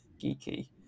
geeky